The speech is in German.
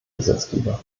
gesetzgeber